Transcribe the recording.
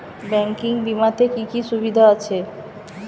Banking বিমাতে কি কি সুবিধা আছে?